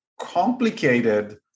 complicated